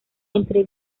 entre